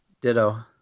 Ditto